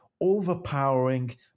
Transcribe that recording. overpowering